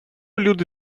люди